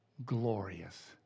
glorious